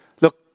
Look